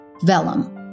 Vellum